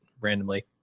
randomly